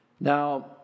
Now